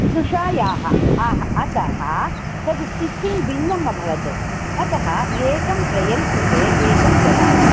स्नुषायाः हा अतः तद् स्टिचिङ्ग् भिन्नमभवत् अतः एकं ट्रयल् कृते एकं ददामि